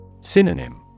Synonym